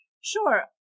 Sure